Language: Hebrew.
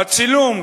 בצילום,